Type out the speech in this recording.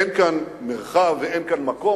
אין כאן מרחב ואין כאן מקום.